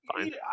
fine